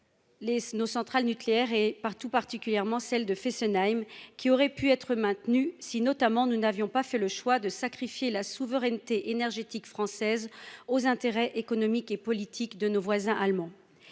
les centrales nucléaires, et particulièrement celle de Fessenheim, qui aurait pu être maintenue en activité si nous n'avions pas fait le choix de sacrifier la souveraineté énergétique française aux intérêts économiques et politiques de nos voisins allemands.